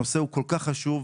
הנושא הוא כל כך חשוב.